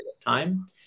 time